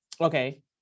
Okay